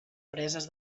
preses